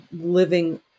living